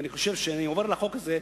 ואני חושב, כשאני עובר על החוק הזה,